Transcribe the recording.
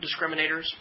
discriminators